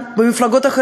בדרך כלל ראשי מפלגות,